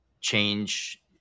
change